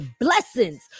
blessings